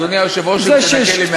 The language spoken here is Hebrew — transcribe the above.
אדוני היושב-ראש, אם תנכה לי מהזמן, בבקשה.